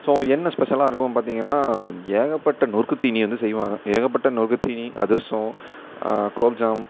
so என்ன ஸ்பெசலா இருக்கும் பார்த்தீங்கன்னா ஏகப்பட்ட நொறுக்கு தீனி வந்து செய்வாங்க ஏகப்பட்ட நொறுக்கு தீனி அதிரசம் குலோப்ஜாம்